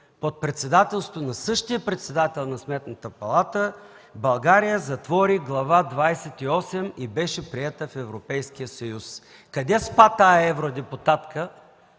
под председателството на същия председател на Сметната палата България затвори Глава 28 и беше приета в Европейския съюз. Къде спа тази евродепутатка